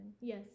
Yes